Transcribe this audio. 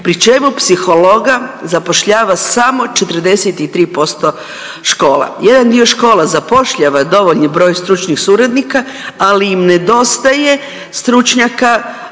pri čemu psihologa zapošljava samo 43% škola. Jedan dio škola zapošljava dovoljni broj stručnih suradnika, ali im nedostaje stručnjaka